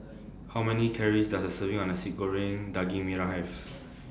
How Many Calories Does A Serving of Nasi Goreng Daging Merah Have